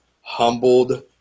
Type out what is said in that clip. humbled